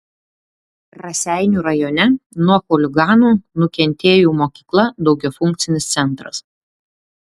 raseinių rajone nuo chuliganų nukentėjo mokykla daugiafunkcinis centras